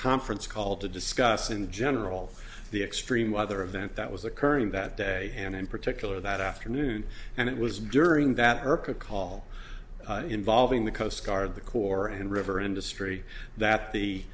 conference call to discuss in general the extreme weather event that was occurring that day and in particular that afternoon and it was during that herc a call involving the coast guard the corps and river industry